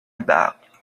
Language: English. about